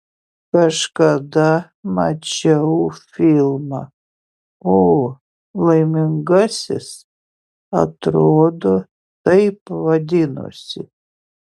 kažkada mačiau filmą o laimingasis atrodo taip vadinosi